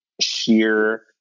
sheer